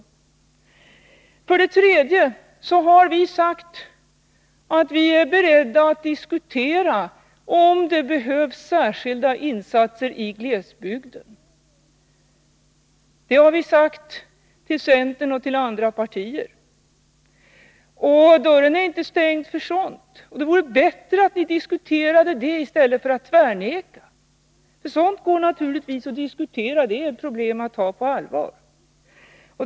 För det tredje har vi sagt att vi är beredda att diskutera om det behövs särskilda insatser i glesbygder. Detta har vi sagt till centern och till andra partier. Dörren är inte stängd för sådana saker. Det vore bättre att diskutera dem i stället för att tvärvägra, eftersom sådant går att diskutera. Det är ju problem att ta på allvar.